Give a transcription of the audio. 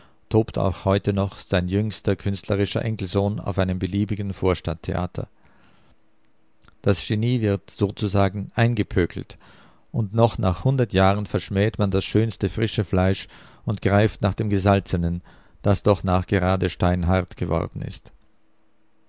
tobt auch heute noch sein jüngster künstlerischer enkelsohn auf einem beliebigen vorstadt theater das genie wird hier sozusagen eingepökelt und noch nach hundert jahren verschmäht man das schönste frische fleisch und greift nach dem gesalzenen das doch nachgerade steinhart geworden ist